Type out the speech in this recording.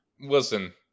Listen